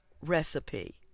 recipe